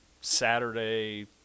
Saturday